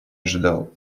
ожидал